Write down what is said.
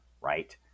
right